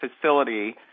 facility